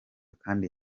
kandi